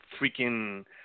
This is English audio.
freaking